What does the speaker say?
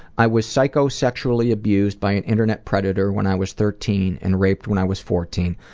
i was psycho-sexually abused by an internet predator when i was thirteen and raped when i was fourteen.